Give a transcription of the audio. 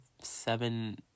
seven